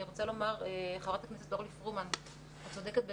אני רוצה לומר לחברת הכנסת אורלי פרומן שאת צודקת.